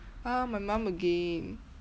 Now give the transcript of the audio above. ah my mum again